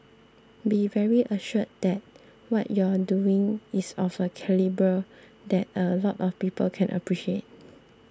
be very assured that what you're doing is of a calibre that a lot of people can appreciate